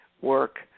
work